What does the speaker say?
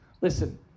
Listen